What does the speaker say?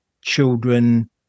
children